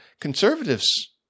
Conservatives